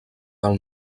del